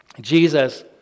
Jesus